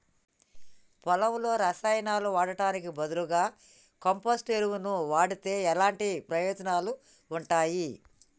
పొలంలో రసాయనాలు వాడటానికి బదులుగా కంపోస్ట్ ఎరువును వాడితే ఎలాంటి ప్రయోజనాలు ఉంటాయి?